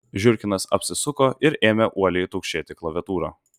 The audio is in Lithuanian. žiurkinas apsisuko ir ėmė uoliai taukšėti klaviatūra